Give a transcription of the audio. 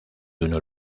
uno